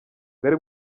bwari